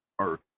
earth